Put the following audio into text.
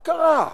מה קרה?